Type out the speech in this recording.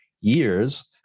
years